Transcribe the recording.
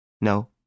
No